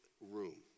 room